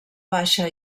baixa